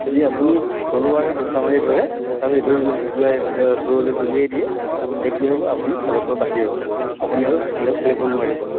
যদি আপুনি তলুৱাৰে হেঁচা মাৰি ধৰে হেঁচা মাৰি ধৰি যদি দূৰলৈ দলিয়াই দিয়ে তেতিয়া কি হ'ব আপুনি খেলৰপৰা বাহিৰ হ'ব আপুনি আৰু সেইখন খেল খেলিব নোৱাৰিব